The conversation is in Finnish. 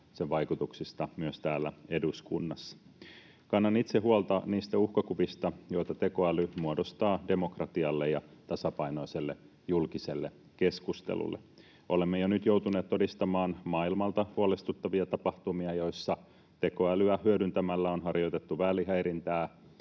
sen vaikutuksista myös täällä eduskunnassa. Kannan itse huolta niistä uhkakuvista, joita tekoäly muodostaa demokratialle ja tasapainoiselle julkiselle keskustelulle. Olemme jo nyt joutuneet todistamaan maailmalta huolestuttavia tapahtumia, joissa tekoälyä hyödyntämällä on harjoitettu vaalihäirintää,